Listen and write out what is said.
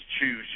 choose